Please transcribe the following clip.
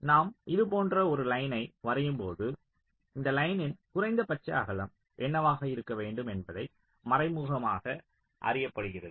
நாம் இது போன்ற ஒரு லைன்யை வரையும்போது இந்த லைனின் குறைந்தபட்ச அகலம் என்னவாக இருக்க வேண்டும் என்பது மறைமுகமாக அறியப்படுகிறது